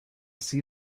see